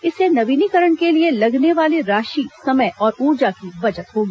इससे नवीनीकरण के लिए लगने वाले राशि समय और उर्जा की बचत होगी